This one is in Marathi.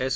एस